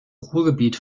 ruhrgebiet